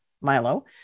Milo